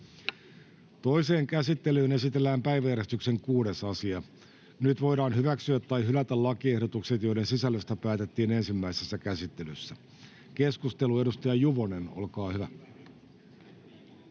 Toiseen käsittelyyn esitellään päiväjärjestyksen 6. asia. Nyt voidaan hyväksyä tai hylätä lakiehdotukset, joiden sisällöstä päätettiin ensimmäisessä käsittelyssä. — Keskustelu. Edustaja Juvonen, olkaa hyvä.